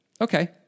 Okay